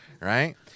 Right